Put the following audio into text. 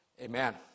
Amen